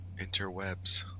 Interwebs